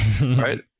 right